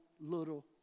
little